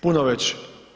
Puno veći.